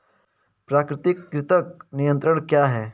प्राकृतिक कृंतक नियंत्रण क्या है?